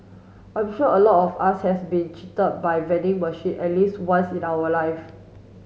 I'm sure a lot of us has been cheated by vending machine at least once in our life